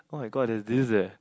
[oh]-my-god there's this eh